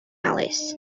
alleys